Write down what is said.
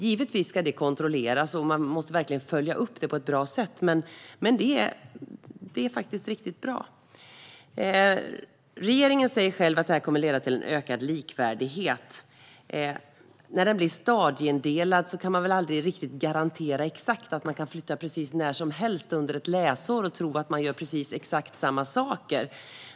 Givetvis ska det kontrolleras och följas upp på ett bra sätt, men detta är faktiskt riktigt bra. Regeringen säger att det kommer att leda till ökad likvärdighet, men när det blir stadieindelat kan man aldrig garantera exakt att man kan flytta precis när som helst under ett läsår och tro att man gör precis samma saker.